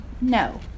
no